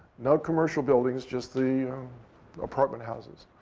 no commercial buildings, just the apartment houses.